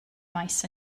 maes